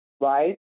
right